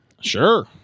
Sure